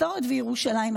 מסורת וירושלים,